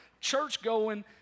church-going